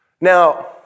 Now